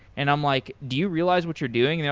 and i'm like, do you realize what you're doing?